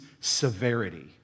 severity